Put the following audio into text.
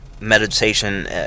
meditation